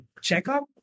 checkup